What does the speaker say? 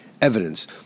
evidence